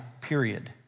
period